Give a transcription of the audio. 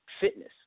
fitness